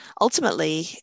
ultimately